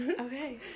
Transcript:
Okay